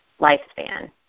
lifespan